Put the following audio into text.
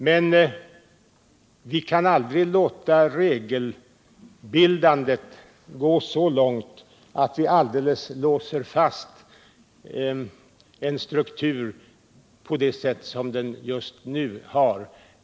Men vi kan aldrig låta regelbildandet gå så långt att vi helt låser fast en struktur som den just nu är.